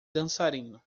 dançarino